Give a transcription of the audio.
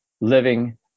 living